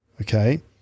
Okay